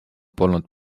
polnud